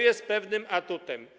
Jest to pewnym atutem.